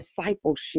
discipleship